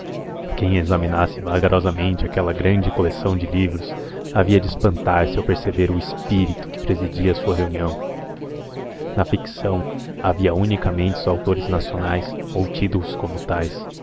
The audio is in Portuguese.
quem examinasse vagarosamente aquela grande coleção de livros havia de espantar se ao perceber o espírito que presidia a sua reunião na ficção havia unicamente autores nacionais ou tidos como tais